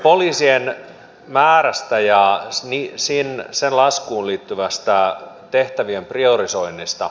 poliisien määrästä ja sen laskuun liittyvästä tehtävien priorisoinnista